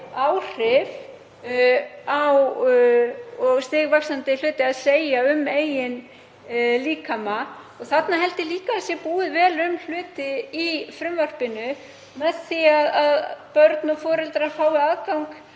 hafi í stigvaxandi mæli eitthvað að segja um eigin líkama. Þarna held ég líka að sé búið vel um hluti í frumvarpinu með því að börn og foreldrar fái aðgang